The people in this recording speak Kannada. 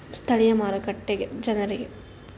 ಸ್ಥಳೀಯ ಮಾರುಕಟ್ಟೆಗೆ ಜನರಿಗೆ